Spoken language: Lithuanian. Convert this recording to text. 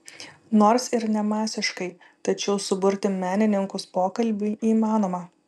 nors ir ne masiškai tačiau suburti menininkus pokalbiui įmanoma